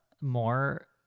more